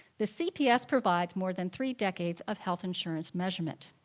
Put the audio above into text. the cps provides more than three decades of health insurance measurement.